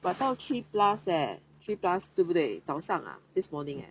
but 到 three plus eh three plus 对不对早上 ah this morning eh